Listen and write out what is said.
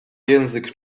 język